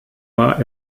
war